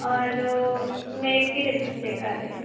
और ओ मेट की लिपिस्टिक कर देना